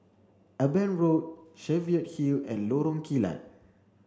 Eben Road Cheviot Hill and Lorong Kilat